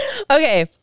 Okay